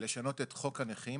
לשנות את חוק הנכים,